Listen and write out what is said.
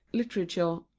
literature,